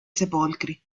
sepolcri